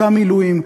אותם עילויים,